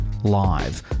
live